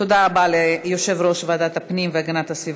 תודה רבה ליושב-ראש ועדת הפנים והגנת הסביבה,